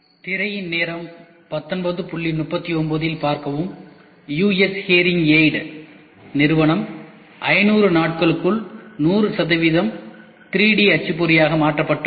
திரையின் நேரம் 1939 இல் பார்க்கவும் யு எஸ் ஹியரிங் எய்ட் நிறுவனம் 500 நாட்களுக்குள் 100 சதவீதம் 3D அச்சுப்பொறியாக மாற்றப்பட்டது